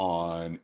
on